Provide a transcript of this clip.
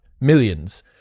millions